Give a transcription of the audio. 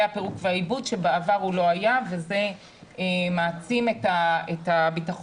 הפירוק והעיבוד שבעבר הוא לא היה וזה מעצים את בטיחות